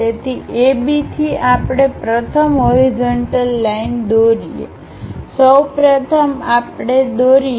તેથી AB થી આપણે પ્રથમ હોરિઝન્ટલ લાઈનદોરીએ સૌ પ્રથમ આપણે દોરીએ